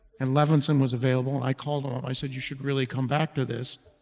and levinson was available, and i called him, i said, you should really come back to this.